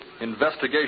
Investigation